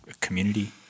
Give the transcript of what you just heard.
community